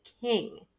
King